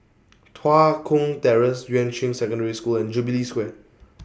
Tua Kong Terrace Yuan Ching Secondary School and Jubilee Square